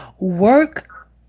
work